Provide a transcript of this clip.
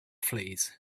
fleas